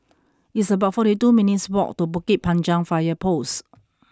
it's about forty two minutes' walk to Bukit Panjang Fire Post